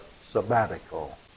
sabbatical